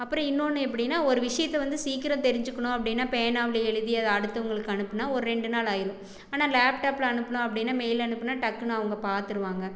அப்புறோம் இன்னொன்று எப்படினா ஒரு விஷயத்தை வந்து சீக்கிரம் தெரிஞ்சுக்கணும் அப்படினா பேனாவில் எழுதி அதை அடுத்தவங்களுக்கு அனுப்பினா ஒரு ரெண்டு நாள் ஆயிடும் ஆனால் லேப்டாப்பில் அனுப்பினோம் அப்படின்னா மெயில் அனுப்பினா டக்குனு அவங்க பார்த்துருவாங்க